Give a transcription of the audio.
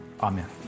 Amen